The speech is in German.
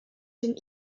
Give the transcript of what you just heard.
den